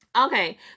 Okay